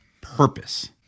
purpose